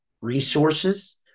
resources